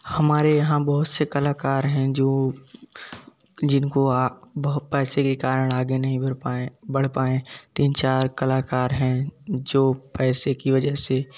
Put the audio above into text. हमारे यहाँ बहुत से कलाकार हैं जो जिनको आ बहु पैसे के कारण आगे नहीं भर पाए बढ़ पाए तीन चार कलाकार है जो पैसे की वजह से